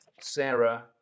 Sarah